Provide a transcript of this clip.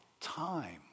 time